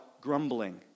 grumbling